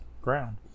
ground